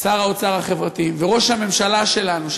שר האוצר החברתי וראש הממשלה שלנו,